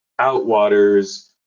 outwaters